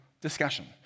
discussion